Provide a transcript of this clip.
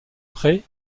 près